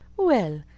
well,